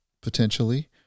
potentially